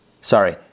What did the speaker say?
Sorry